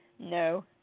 No